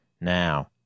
Now